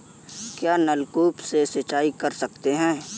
क्या नलकूप से सिंचाई कर सकते हैं?